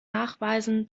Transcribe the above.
nachweisen